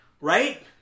Right